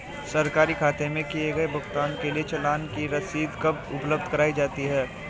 सरकारी खाते में किए गए भुगतान के लिए चालान की रसीद कब उपलब्ध कराईं जाती हैं?